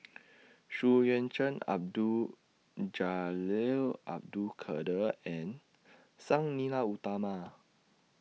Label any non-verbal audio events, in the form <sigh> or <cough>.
<noise> Xu Yuan Zhen Abdul Jalil Abdul Kadir and Sang Nila Utama